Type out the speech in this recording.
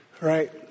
right